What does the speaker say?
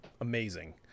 Amazing